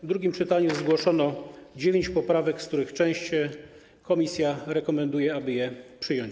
W drugim czytaniu zgłoszono dziewięć poprawek, z których część komisja rekomenduje przyjąć.